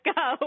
go